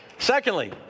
Secondly